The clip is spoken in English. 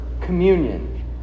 communion